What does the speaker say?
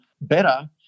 better